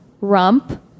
rump